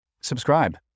Subscribe